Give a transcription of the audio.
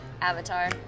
Avatar